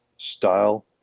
style